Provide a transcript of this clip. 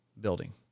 building